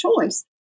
choice